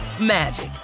magic